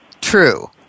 true